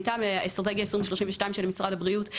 מטעם משרד הבריאות.